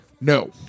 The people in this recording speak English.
No